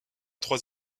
trois